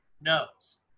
knows